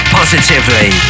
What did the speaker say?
positively